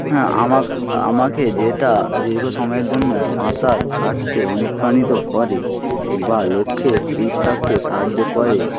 হ্যাঁ আমাকে আমাকে যেটা দীর্ঘ সময়ের জন্য সাঁতার কাটতে অনুপ্রাণিত করে বা লক্ষ্যে স্থির থাকতে সাহায্য করে